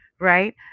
right